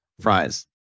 fries